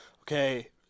Okay